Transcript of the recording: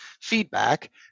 feedback